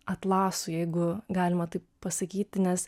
atlasu jeigu galima taip pasakyti nes